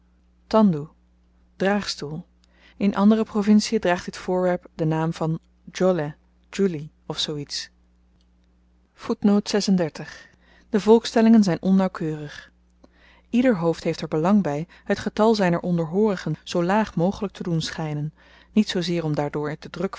tandoe draagstoel in andere provincien draagt dit voorwerp den naam van joleh djoeli of de volkstellingen zyn onnauwkeurig ieder hoofd heeft er belang by het getal zyner onderhoorigen zoo laag mogelyk te doen schynen niet zoozeer om daardoor den